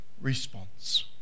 response